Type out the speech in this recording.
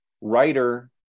writer